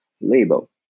label